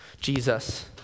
Jesus